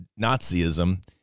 Nazism